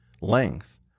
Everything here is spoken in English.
length